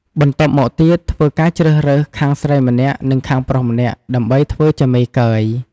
បន្ទាប់មកទៀតធ្វើការជ្រើសរើសខាងស្រីម្នាក់និងខាងប្រុសម្នាក់ដើម្បីធ្វើជាមេកើយ។